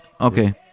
okay